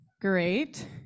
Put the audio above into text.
Great